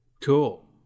cool